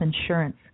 insurance